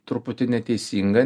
truputį neteisinga